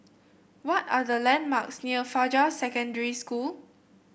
what are the landmarks near Fajar Secondary School